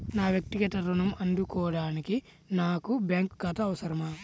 నా వక్తిగత ఋణం అందుకోడానికి నాకు బ్యాంక్ ఖాతా అవసరమా?